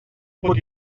pot